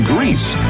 Greece